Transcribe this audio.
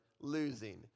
losing